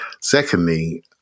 Secondly